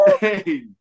hey